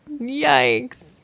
Yikes